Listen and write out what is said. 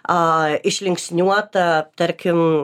a išlinksniuota tarkim